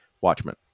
Watchmen